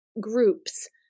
groups